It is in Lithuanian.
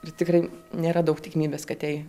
ir tikrai nėra daug tikimybės kad jai